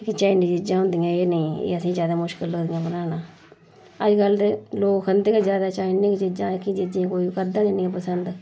जेह्कियां चाइनिज चीजां होंदियां एह् नेईं एह् असें मुश्कल लगदियां बनाना अज्जकल ते लोक खंदे गै ज्यादा चाइनिज चीजां ओह्की चीजें कोई करदा गै नेईं पंसद